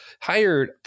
hired